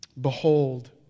Behold